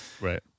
Right